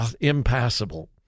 impassable